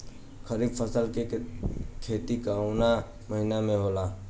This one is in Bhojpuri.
खरीफ फसल के खेती कवना महीना में होला?